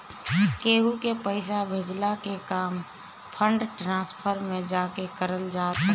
केहू के पईसा भेजला के काम फंड ट्रांसफर में जाके करल जात हवे